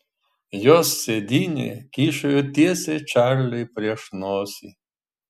jos sėdynė kyšojo tiesiai čarliui prieš nosį